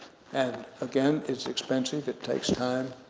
and again, it's expensive it takes time,